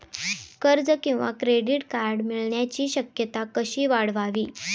कर्ज किंवा credit card मिळण्याची शक्यता कशी वाढवावी?